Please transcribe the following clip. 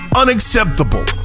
unacceptable